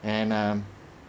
and um